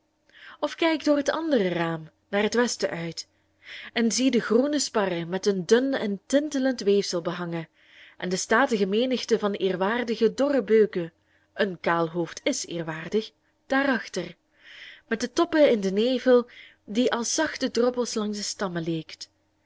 of kijk door het andere raam naar het westen uit en zie de groene sparren met een dun en tintelend weefsel behangen en de statige menigte van eerwaardige dorre beuken een kaal hoofd is eerwaardig daar achter met de toppen in den nevel die als zachte droppels langs de stammen leekt